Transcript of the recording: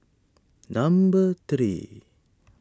number three